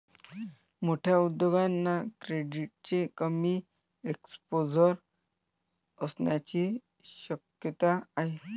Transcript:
मोठ्या उद्योगांना क्रेडिटचे कमी एक्सपोजर असण्याची शक्यता आहे